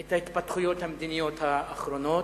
את ההתפתחויות המדיניות האחרונות.